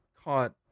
caught